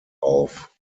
auf